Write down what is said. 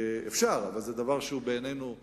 אפשר, אבל זה דבר שבעינינו הוא